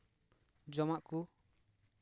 ᱡᱚᱢᱟᱜ ᱠᱚ